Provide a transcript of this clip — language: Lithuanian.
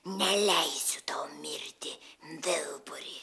neleisiu tau mirti vilburi